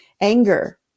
Anger